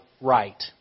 right